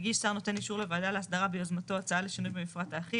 הגיש שר נותן אישור לוועדה להסדרה ביוזמתו הצעה לשינוי במפרט האחיד